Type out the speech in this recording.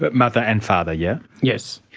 but mother and father, yeah yes?